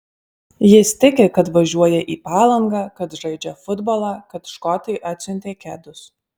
jis tiki kad važiuoja į palangą kad žaidžia futbolą kad škotai atsiuntė kedus